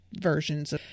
versions